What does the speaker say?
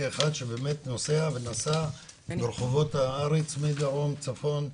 כאחד שבאמת נוסע ונסע ברחובות הארץ מדרום לצפון.